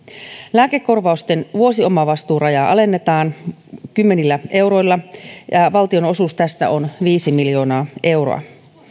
lääkekorvausten vuosiomavastuurajaa alennetaan kymmenillä euroilla valtionosuus tästä on viisi miljoonaa euroa